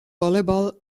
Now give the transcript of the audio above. volleyball